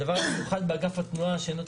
הדבר המיוחד באגף התנועה שלא נמצא